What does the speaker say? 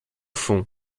fond